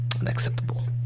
unacceptable